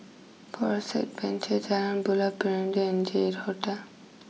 Forest Adventure Jalan Buloh Perindu and J eight Hotel